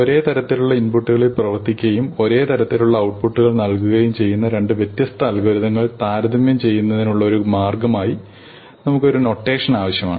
ഒരേ തരത്തിലുള്ള ഇൻപുട്ടുകളിൽ പ്രവർത്തിക്കുകയും ഒരേ തരത്തിലുള്ള ഔട്ട്പുട്ടുകൾ നൽകുകയും ചെയ്യുന്ന രണ്ട് വ്യത്യസ്ത അൽഗോരിതങ്ങൾ താരതമ്യം ചെയ്യുന്നതിനുള്ള ഒരു മാർഗമായി നമുക്ക് ഒരു നൊട്ടേഷൻ ആവശ്യമാണ്